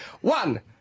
one